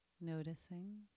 noticing